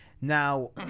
Now